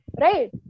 Right